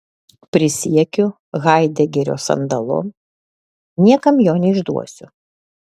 prisiekiu haidegerio sandalu niekam jo neišduosiu